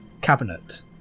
cabinet